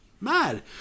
Mad